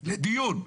לדיון.